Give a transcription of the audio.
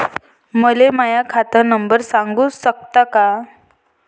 मले माह्या खात नंबर सांगु सकता का?